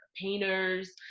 painters